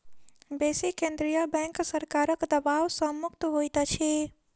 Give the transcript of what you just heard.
बेसी केंद्रीय बैंक सरकारक दबाव सॅ मुक्त होइत अछि